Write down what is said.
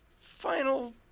final